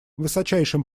высочайшим